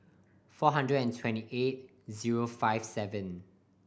four hundred and twenty eight zero five seven